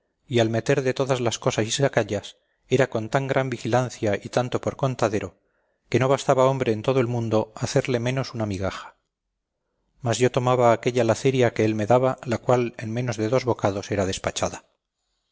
y al meter de todas las cosas y sacallas era con tan gran vigilancia y tanto por contadero que no bastaba hombre en todo el mundo hacerle menos una migaja mas yo tomaba aquella laceria que él me daba la cual en menos de dos bocados era despachada